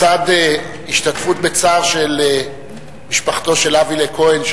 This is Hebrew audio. לצד השתתפות בצער של משפחתו של אבי'לה כהן,